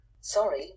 Sorry